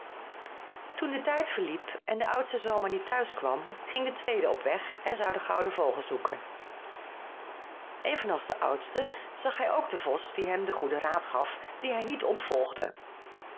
toen de tijd verliep en de oudste zoon maar niet naar huis kwam ging de tweede op weg en zou den gouden vogel zoeken even als de oudste zag hij ook den vos die hem den goeden raad gaf dien hij niet opvolgde